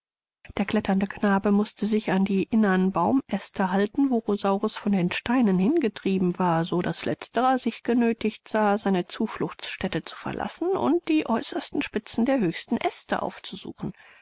der kletternde knabe mußte sich an die innern baumäste halten wo rosaurus von den steinen hingetrieben war so daß letzterer sich genöthigt sah seine zufluchtsstätte zu verlassen und die äußersten spitzen der höchsten aeste aufzusuchen